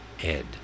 Ed